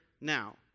now